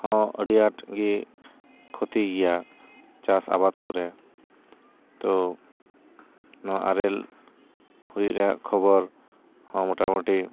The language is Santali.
ᱦᱚᱸ ᱟᱹᱰᱤ ᱟᱸᱴ ᱜᱮ ᱠᱷᱚᱛᱤ ᱜᱮᱭᱟ ᱪᱟᱥ ᱟᱵᱟᱫ ᱠᱚᱨᱮ ᱛᱳ ᱱᱚᱶᱟ ᱟᱨᱮᱞ ᱦᱩᱭᱩᱜ ᱨᱮᱭᱟᱜ ᱠᱷᱚᱵᱚᱨ ᱦᱚᱸ ᱢᱳᱴᱟ ᱢᱩᱴᱤ